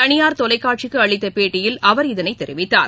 தனியார் தொலைக்காட்சிக்குஅளித்தபேட்டியில் அவர் இதனைதெரிவித்தார்